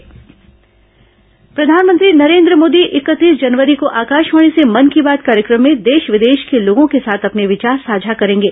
मन की बात प्रधानमंत्री नरेंद्र मोदी इकतीस जनवरी को आकाशवाणी से मन की बात कार्यक्रम में देश विदेश को लोगों के साथ अपने विचार साझा करेंगे